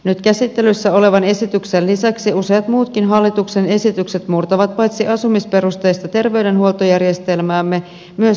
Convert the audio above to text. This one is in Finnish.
nyt käsittelyssä olevan esityksen lisäksi useat muutkin hallituksen esitykset murtavat paitsi asumisperusteista terveydenhuoltojärjestelmäämme myös sosiaaliturvajärjestelmää